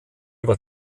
über